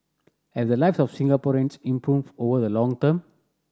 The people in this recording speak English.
have the lives of Singaporeans improved over the long term